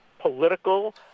political